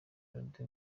melody